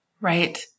Right